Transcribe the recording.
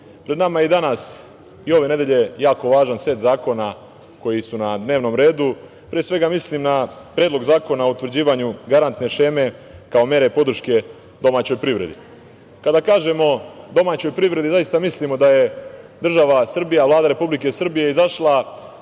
pred nama je i danas i ove nedelje jako važan set zakona koji su na dnevnom redu. Pre svega mislim na Predlog zakona o utvrđivanju garantne šeme, kao mere podrške domaćoj privredi. Kada kažemo domaćoj privredi zaista mislimo da je država Srbija, Vlada Republike Srbije izašla